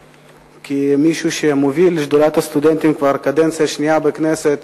כמי שמוביל את שדולת הסטודנטים כבר קדנציה שנייה בכנסת,